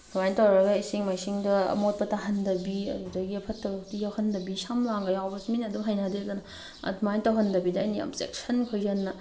ꯑꯗꯨꯃꯥꯏ ꯇꯧꯔꯒ ꯏꯁꯤꯡ ꯃꯥꯏꯁꯤꯡꯗ ꯑꯃꯣꯠꯄ ꯇꯥꯍꯟꯗꯕꯤ ꯑꯗꯨꯗꯒꯤ ꯐꯠꯇꯕ ꯌꯧꯗꯤ ꯌꯥꯎꯍꯟꯗꯕꯣ ꯁꯝ ꯂꯥꯡꯒ ꯌꯥꯎꯕꯁꯦ ꯃꯤꯅ ꯑꯗꯨꯝ ꯍꯩꯅꯗꯦꯗꯅ ꯑꯗꯨꯃꯥꯏꯅ ꯇꯧꯍꯟꯗꯕꯤꯗ ꯑꯩꯅ ꯌꯥꯝ ꯆꯦꯛꯁꯤꯟ ꯈꯣꯏꯖꯟꯅ